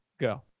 go